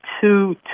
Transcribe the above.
two